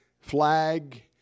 flag